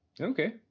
Okay